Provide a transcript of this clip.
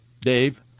Dave